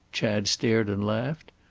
chad stared and laughed.